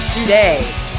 Today